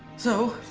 so,